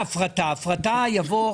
ההכנסות גדלו יותר מההוצאות,